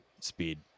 speed